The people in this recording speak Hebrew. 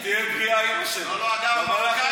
שתהיה בריאה, אימא שלך.